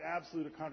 absolute